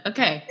Okay